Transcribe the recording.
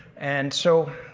and so.